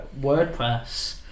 WordPress